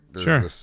Sure